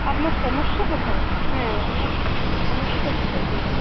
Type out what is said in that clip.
আপনার সমস্যা কোথায় হ্যাঁ আপনার সমস্যাটা কী তাই বলুন